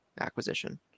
acquisition